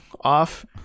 off